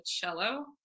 cello